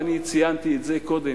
ואני ציינתי את זה קודם,